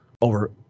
over